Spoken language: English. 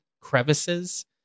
crevices